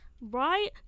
Right